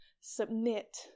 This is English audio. Submit